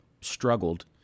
struggled